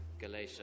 Galatia